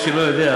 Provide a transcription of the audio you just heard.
למי שלא יודע,